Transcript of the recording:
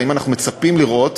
האם אנחנו מצפים לראות,